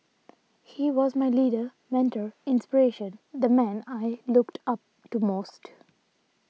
he was my leader mentor inspiration the man I looked up to most